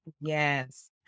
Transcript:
Yes